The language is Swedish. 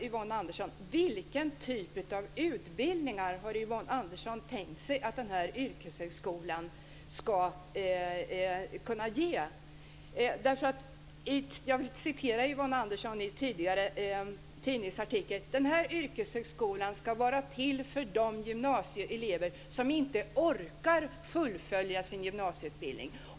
Yvonne Andersson har sagt så här i en tidningsartikel: Den här yrkeshögskolan ska vara till för de gymnasieelever som inte orkar fullfölja sin gymnasieutbildning.